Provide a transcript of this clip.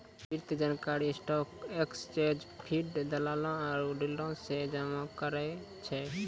वित्तीय जानकारी stock exchange feed, दलालो आरु डीलरो से जमा करै छै